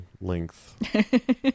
length